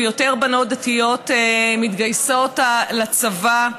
ויותר בנות דתיות מתגייסות לצבא,